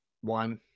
one